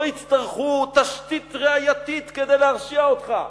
לא יצטרכו תשתית ראייתית כדי להרשיע אותך.